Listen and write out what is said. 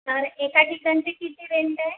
तर एका ठिकाणचे किती रेंट आहे